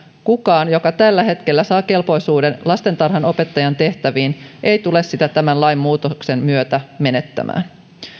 kukaan joka tällä hetkellä saa kelpoisuuden lastentarhanopettajan tehtäviin ei tule sitä tämän lainmuutoksen myötä menettämään